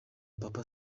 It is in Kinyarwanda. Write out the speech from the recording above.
papa